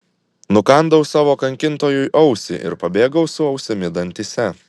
nukandau savo kankintojui ausį ir pabėgau su ausimi dantyse